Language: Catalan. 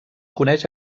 coneix